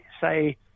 say